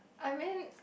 I mean